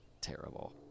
terrible